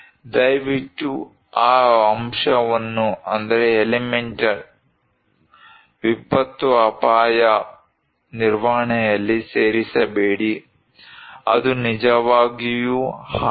ದಯವಿಟ್ಟು ಆ ಅಂಶವನ್ನು ವಿಪತ್ತು ಅಪಾಯ ನಿರ್ವಹಣೆಯಲ್ಲಿ ಸೇರಿಸಬೇಡಿ ಅದು ನಿಜವಾಗಿಯೂ ಹಾಗೇ